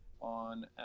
on